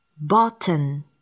Button